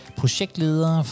projektleder